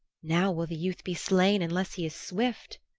now will the youth be slain unless he is swift,